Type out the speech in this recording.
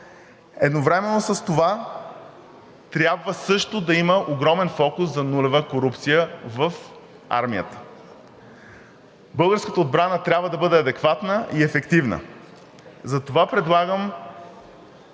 Едновременно с това трябва също да има огромен фокус за нулева корупция в армията. Българската отбрана трябва да бъде адекватна и ефективна. Затова предлагам